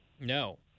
No